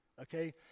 okay